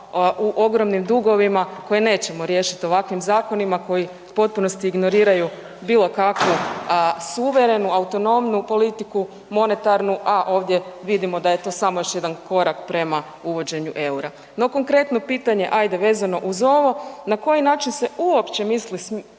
u ogromnim dugovima koje nećemo riješiti ovakvim zakonima koji u potpunosti ignoriraju bilo kakvu suverenu, autonomnu politiku, monetarnu a ovdje vidimo da je to samo još jedan korak prema uvođenju EUR-a. No, konkretno pitanje ajde vezano uz ovo, na koji način se uopće misli srediti